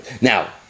Now